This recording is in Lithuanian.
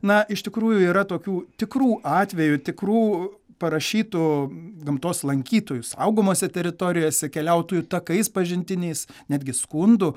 na iš tikrųjų yra tokių tikrų atvejų tikrų parašytų gamtos lankytojų saugomose teritorijose keliautojų takais pažintiniais netgi skundų